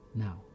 Now